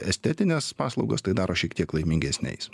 estetines paslaugas tai daro šiek tiek laimingesniais